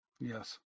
Yes